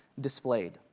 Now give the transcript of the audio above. displayed